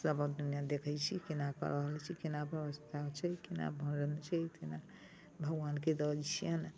सभक दुनिआँ देखै छी केना कऽ रहल छी केना व्यवस्था छै केना भऽ रहल छै केना भगवानके दै छियनि